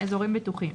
אזורים בטוחים.